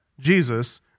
Jesus